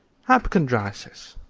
hypochondriasis,